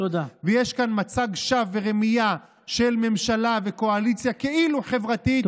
ויש כאן מצג שווא ורמייה של ממשלה וקואליציה כאילו חברתית,